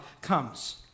comes